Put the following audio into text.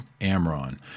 Amron